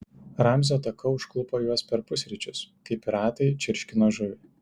ramzio ataka užklupo juos per pusryčius kai piratai čirškino žuvį